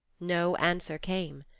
no answer came.